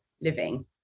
living